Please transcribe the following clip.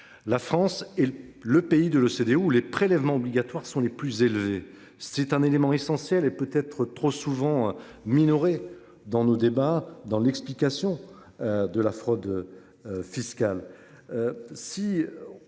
La France est le pays de l'OCDE où les prélèvements obligatoires sont les plus élevés. C'est un élément essentiel et peut être trop souvent minorée dans nos débats dans l'explication. De la fraude. Fiscale.